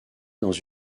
dans